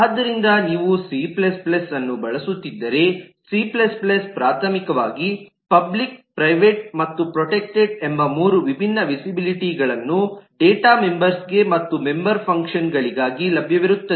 ಆದ್ದರಿಂದ ನೀವು ಸಿCಅನ್ನು ಬಳಸುತ್ತಿದ್ದರೆ ಸಿC ಪ್ರಾಥಮಿಕವಾಗಿ ಪಬ್ಲಿಕ್ ಪ್ರೈವೇಟ್ ಮತ್ತು ಪ್ರೊಟೆಕ್ಟೆಡ್ ಎಂಬ 3 ವಿಭಿನ್ನ ವಿಸಿಬಿಲಿಟಿಗಳನ್ನು ಡೇಟಾ ಮೆಂಬರ್ಸ್ಗೆ ಮತ್ತು ಮೆಂಬರ್ ಫಂಕ್ಷನ್ಗಳಿಗಾಗಿ ಲಭ್ಯವಿರುತ್ತದೆ